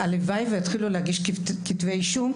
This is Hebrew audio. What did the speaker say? הלוואי ויתחילו להגיש כתבי אישום,